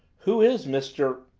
who is mr